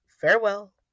farewell